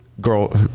girl